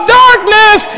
darkness